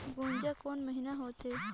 गुनजा कोन महीना होथे?